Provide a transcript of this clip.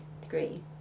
degree